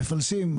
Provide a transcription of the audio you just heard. מפלסים,